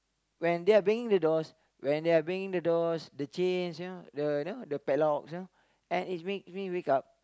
when they are banging the doors when they are banging the doors the chains you know the you know the padlocks you know and it's making me wake up